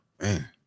Man